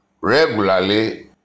regularly